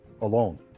alone